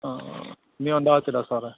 ഇനിയുണ്ടാവാത്തില്ല സാറേ